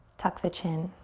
tuck the chin.